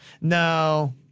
No